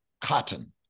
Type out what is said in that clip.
cotton